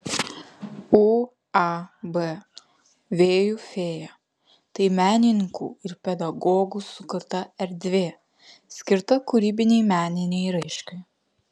uab vėjų fėja tai menininkų ir pedagogų sukurta erdvė skirta kūrybinei meninei raiškai